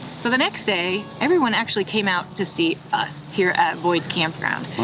so the next day, everyone actually came out to see us here at boyd's campground.